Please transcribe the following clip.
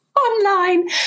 Online